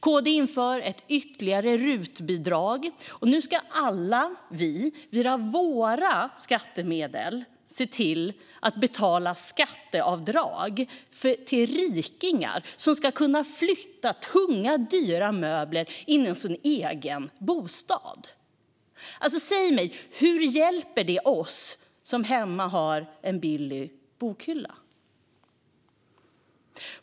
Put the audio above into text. KD inför ett ytterligare RUT-bidrag, så nu ska vi alla via våra skattemedel betala skatteavdrag till rikingar som ska kunna få hjälp med att flytta tunga, dyra möbler i sin egen bostad. Säg mig: Hur hjälper det oss som hemma har en Billy-bokhylla?